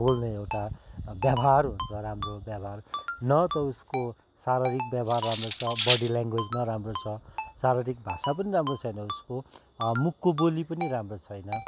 बोल्ने एउटा व्यवहार हुन्छ राम्रो व्यवहार न त उसको शारीरिक व्यवहार राम्रो छ बडी ल्याङ्ग्वेज न राम्रो छ शारीरिक भाषा पनि राम्रो छैन उसको मुखको बोली पनि राम्रो छैन